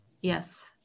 yes